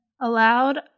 allowed